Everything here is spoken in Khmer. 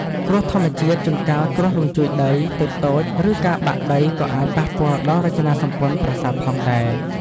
គ្រោះធម្មជាតិ ជួនកាលគ្រោះរញ្ជួយដីតូចៗ ឬការបាក់ដីក៏អាចប៉ះពាល់ដល់រចនាសម្ព័ន្ធប្រាសាទផងដែរ។